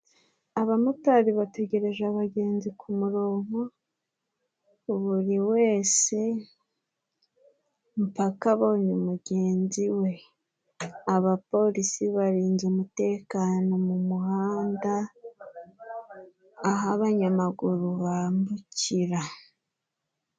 Abamotari bategereje abagenzi ku murongo, buri wese, mpaka abonye mugenzi we. Abapolisi barinze umutekano mu muhanda, aho abanyamaguru bambukira.